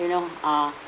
you know uh